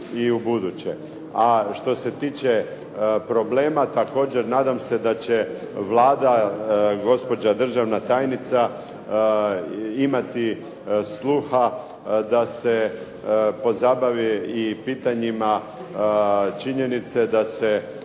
i u buduće. A što se tiče problema također nadam se da će Vlada, gospođa državna tajnica imati sluha da se pozabavi i pitanjima činjenice da se